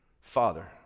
father